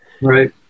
Right